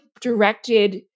directed